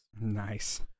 Nice